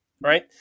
Right